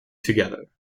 together